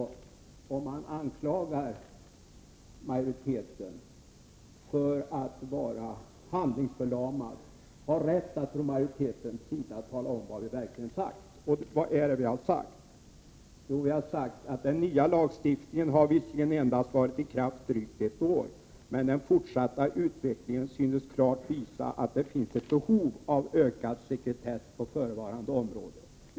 Om utskottsmajoriteten anklagas för handlingsförlamning, då bör väl denna majoritet ha rätt att tala om vad den har sagt, och den har sagt så här: ”Den nya lagstiftningen har visserligen endast varit i kraft i drygt ett år men den fortsatta utvecklingen synes klart visa att det finns ett behov av ökad sekretess på förevarande område.